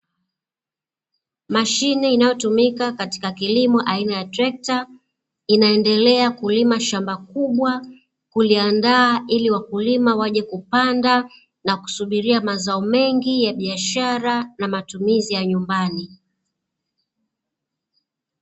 Mashine inayotumika katika kilimo aina ya trekta, inaendelea kulima shamba kubwa kuliandaa ili wakulima waje kupanda na kusubiria mazao mengi ya biashara na matumizi ya nyumbani.